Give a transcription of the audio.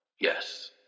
Yes